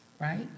right